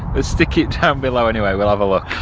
ah stick it down below anyway we'll have a look.